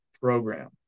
program